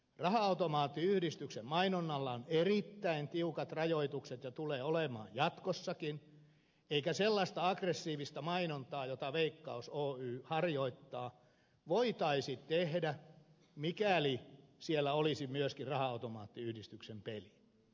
raha automaattiyhdistyksen mainonnalla on erittäin tiukat rajoitukset ja tulee olemaan jatkossakin eikä sellaista aggressiivista mainontaa jota veikkaus oy harjoittaa voitaisi tehdä mikäli siellä olisivat myöskin raha automaattiyhdistyksen pelit